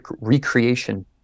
recreation